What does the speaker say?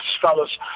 fellas